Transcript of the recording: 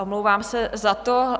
Omlouvám se za to.